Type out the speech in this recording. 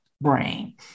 brain